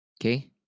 Okay